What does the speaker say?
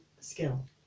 skill